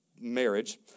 marriage